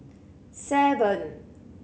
seven